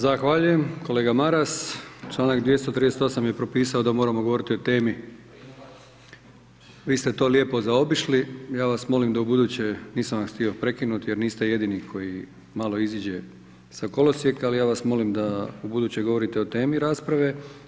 Zahvaljujem kolega Maras, članak 238. je propisao da moramo govoriti o temi, vi ste to lijepo zaobišli, ja vas molim, da ubuduće nisam vas htio prekinuti jer niste jedini koji malo iziđe sa kolosijeka, ali ja vas molim da ubuduće govorite o temi rasprave.